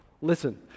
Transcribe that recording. Listen